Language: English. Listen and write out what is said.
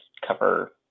cover